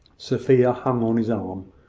sophia hung on his arm,